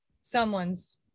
someone's